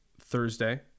Thursday